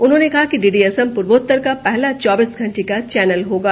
उन्होंने कहा कि डीडी असम पूर्वोत्तर का पहला चौबीस घंटे का चैनल होगा